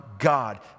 God